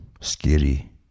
scary